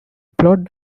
plot